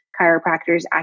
chiropractors